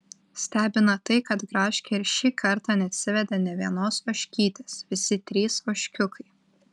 stebina tai kad gražkė ir šį kartą neatsivedė nė vienos ožkytės visi trys ožkiukai